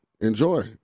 enjoy